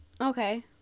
okay